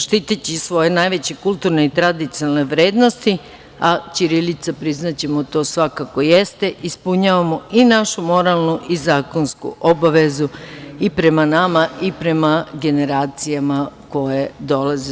Štiteći svoje najveće kulturne i tradicionalne vrednosti, a ćirilica, priznaćemo, to svako jeste, ispunjavamo i našu moralnu i zakonsku obavezu i prema nama i prema generacijama koje dolaze.